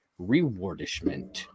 rewardishment